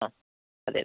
ആ അതെ